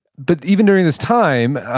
but even during this time,